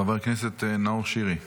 חבר הכנסת נאור שירי.